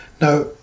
now